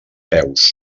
peus